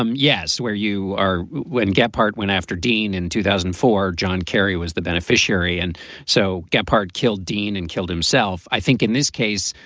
um yes. where you are when gephardt went after dean in two thousand and four, john kerry was the beneficiary. and so gephardt killed dean and killed himself. i think in this case,